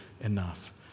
enough